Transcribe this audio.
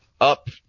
Up